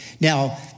Now